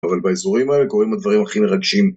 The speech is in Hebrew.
אבל באזורים האלה קורים הדברים הכי מרגשים